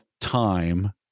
time